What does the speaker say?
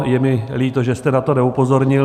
Je mi líto, že jste na to neupozornil.